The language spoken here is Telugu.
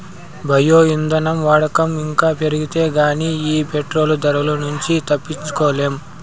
బయో ఇంధనం వాడకం ఇంకా పెరిగితే గానీ ఈ పెట్రోలు ధరల నుంచి తప్పించుకోలేం